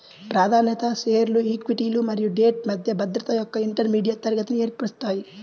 ప్రాధాన్యత షేర్లు ఈక్విటీలు మరియు డెట్ మధ్య భద్రత యొక్క ఇంటర్మీడియట్ తరగతిని ఏర్పరుస్తాయి